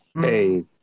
Hey